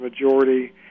majority